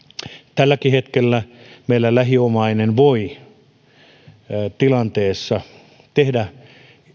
tälläkin hetkellä meillä lähiomainen voi tilanteessa tehdä